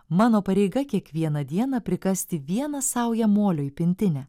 mano pareiga kiekvieną dieną prikasti vieną saują molio į pintinę